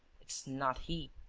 it's not he.